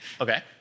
Okay